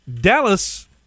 Dallas